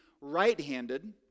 right-handed